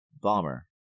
bomber